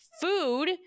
food